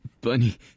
Bunny